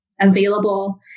available